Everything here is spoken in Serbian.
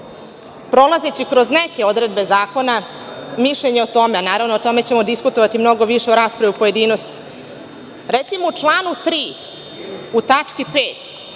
prolazeći kroz neke odredbe zakona, mišljenje o tome, a naravno o tome ćemo diskutovati mnogo više u raspravi u pojedinostima. Recimo, u članu 3. u tački 5.